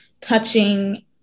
touching